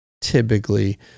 typically